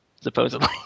supposedly